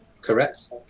Correct